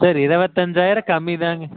sir இருபத்தஞ்சாயிரம் கம்மிதாங்க